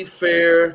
fair